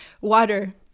water